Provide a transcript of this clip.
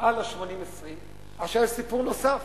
על ה-80 20. עכשיו יש סיפור נוסף,